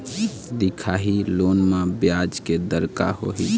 दिखाही लोन म ब्याज के दर का होही?